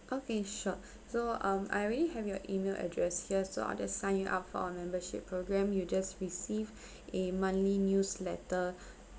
okay sure so um I already have your email address here so I'll just sign you up for our membership program you'll just receive a monthly newsletter